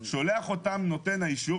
שולח אותם לנותן האישור.